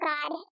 God